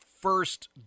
first